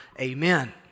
amen